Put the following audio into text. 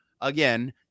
again